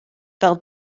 fel